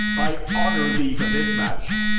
i honour thee for this match.